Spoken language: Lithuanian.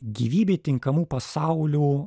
gyvybei tinkamų pasaulių